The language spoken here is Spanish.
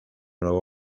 nuevo